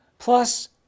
plus